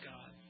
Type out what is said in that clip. God